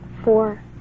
Four